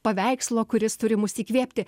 paveikslo kuris turi mus įkvėpti